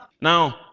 Now